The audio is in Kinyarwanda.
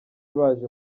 baje